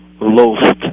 lost